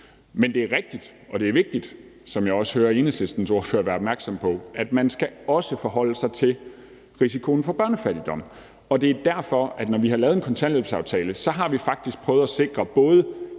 Men det er rigtigt, og det er vigtigt, som jeg også hører Enhedslistens ordfører være opmærksom på, at man også skal forholde sig til risikoen for børnefattigdom, og det er derfor, at når vi har lavet en kontanthjælpsaftale, har vi faktisk prøvet at sikre både